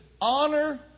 Honor